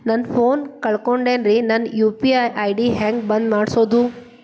ನನ್ನ ಫೋನ್ ಕಳಕೊಂಡೆನ್ರೇ ನನ್ ಯು.ಪಿ.ಐ ಐ.ಡಿ ಹೆಂಗ್ ಬಂದ್ ಮಾಡ್ಸೋದು?